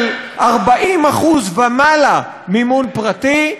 40% ומעלה מימון פרטי.